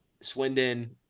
Swindon